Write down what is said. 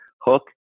Hook